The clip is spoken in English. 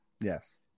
yes